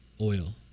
Oil